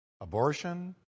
Abortion